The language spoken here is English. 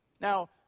Now